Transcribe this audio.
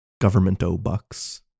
government-o-bucks